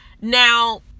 now